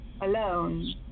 alone